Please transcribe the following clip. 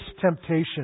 temptation